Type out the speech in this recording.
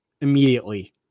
immediately